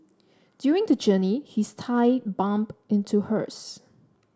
during the journey his thigh bumped into hers